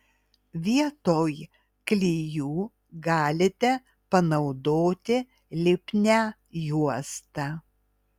vietoj klijų galite panaudoti lipnią juostą